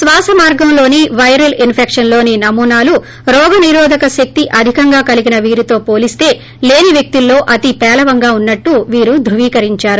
శ్వాసమార్గంలోని viral infection లోని నమూనాలు రోగ నిరోధక శక్తి అధికంగా కలిగిన వీరితో పోలిస్త లేని వ్యక్తుల్లో అతి పేలవంగా ఉన్నట్లు వీరు ధృవీకరించారు